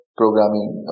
programming